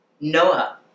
Noah